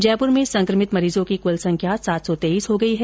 जयपुर में संकमित मरीजों की कुल संख्या सात सौ तेईस हो गयी है